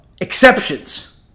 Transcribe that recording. exceptions